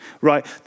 Right